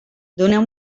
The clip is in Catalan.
doneu